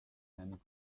and